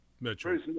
Mitchell